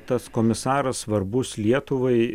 tas komisaras svarbus lietuvai